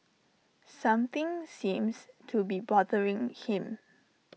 something seems to be bothering him